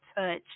touch